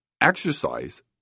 exercise